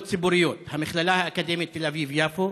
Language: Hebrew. ציבוריות: המכללה האקדמית תל אביב-יפו,